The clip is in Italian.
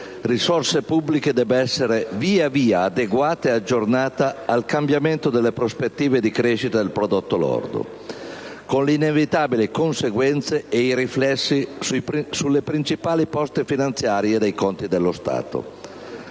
risorse pubbliche debba essere via via adeguata e aggiornata al cambiamento delle prospettive di crescita del prodotto lordo, con le inevitabili conseguenze e i riflessi sulle principali poste finanziarie dei conti dello Stato.